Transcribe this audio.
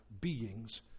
beings